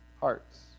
hearts